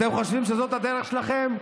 אתם חושבים שזו הדרך שלכם?